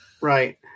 Right